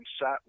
sat